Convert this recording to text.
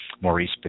Maurice